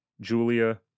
Julia